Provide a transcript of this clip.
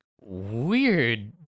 weird